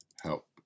help